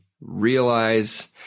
realize